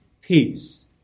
peace